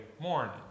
morning